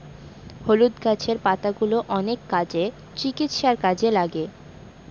হলুদ গাছের পাতাগুলো অনেক কাজে, চিকিৎসার কাজে লাগে